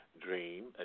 Dream